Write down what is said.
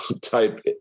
type